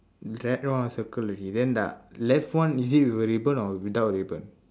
that one I circle already then the left one is it with a ribbon or without a ribbon